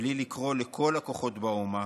מבלי לקרוא לכל הכוחות הצפונים באומה: